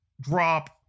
drop